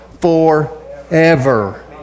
forever